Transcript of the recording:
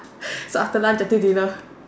so after nine thirty dinner